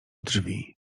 drzwi